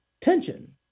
tension